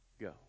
go